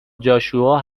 جاشوا